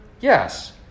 Yes